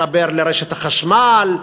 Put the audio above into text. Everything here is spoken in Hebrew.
לחבר לרשת החשמל,